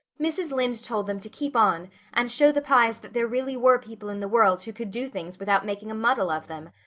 mrs. lynde told them to keep on and show the pyes that there really were people in the world who could do things without making a muddle of them.